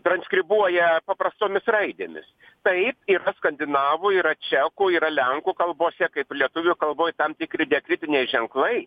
transkribuoja paprastomis raidėmis taip yra skandinavų yra čekų yra lenkų kalbose kaip ir lietuvių kalboj tam tikri diakritiniai ženklai